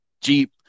Jeep